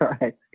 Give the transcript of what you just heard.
right